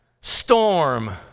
Storm